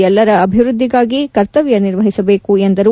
ಎಲ್ಲರ ಅಭಿವೃದ್ದಿಗಾಗಿ ಕರ್ತವ್ಯ ನಿರ್ವಹಿಸಬೇಕು ಎಂದರು